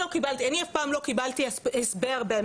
ללא